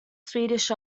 swedish